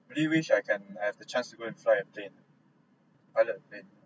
really wish I can I have the chance to go and fly a plane pilot a plane